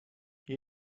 you